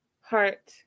heart